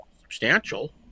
substantial